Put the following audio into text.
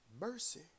Mercy